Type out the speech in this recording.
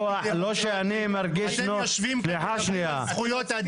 אתם יושבים כאן ומדברים על זכויות אדם